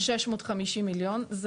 בתוך העלות הכוללת של ה-650 מיליוני שקלים,